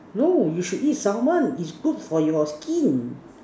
no you should eat Salmon is good for your skin